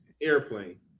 airplane